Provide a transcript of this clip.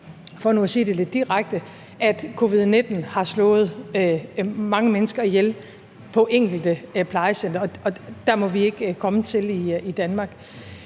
for nu at sige det lidt direkte, covid-19 har slået mange mennesker ihjel på enkelte plejecentre. Dér må vi ikke komme til i Danmark.